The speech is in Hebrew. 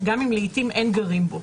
גם אם לעתים אין גרים בו"